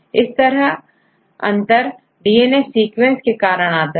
इस तरह अंतर डीएनए सीक्वेंस के कारण आता है